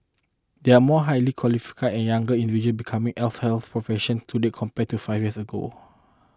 there are more highly qualified and younger individual becoming allied health professional today compared to five years ago